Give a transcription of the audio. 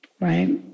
Right